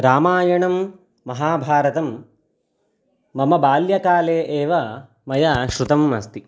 रामायणं महाभारतं मम बाल्यकाले एव मया श्रुतम् अस्ति